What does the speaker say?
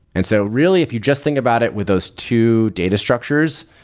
and so really, if you just think about it with those two data structures,